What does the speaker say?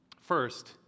First